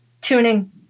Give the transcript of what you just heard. tuning